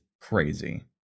crazy